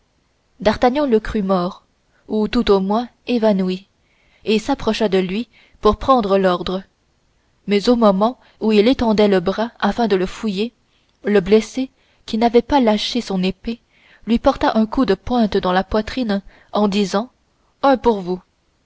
d'artagnan le crut mort ou tout au moins évanoui et s'approcha pour lui prendre l'ordre mais au moment où il étendait le bras afin de le fouiller le blessé qui n'avait pas lâché son épée lui porta un coup de pointe dans la poitrine en disant un pour vous